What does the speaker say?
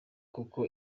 kuko